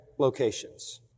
locations